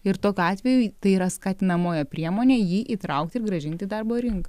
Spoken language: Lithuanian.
ir tokiu atveju tai yra skatinamoji priemonė jį įtraukti ir grąžinti į darbo rinką